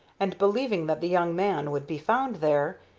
and, believing that the young man would be found there,